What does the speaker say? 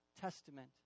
Testament